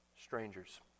strangers